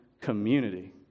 community